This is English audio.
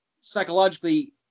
psychologically